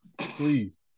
Please